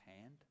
hand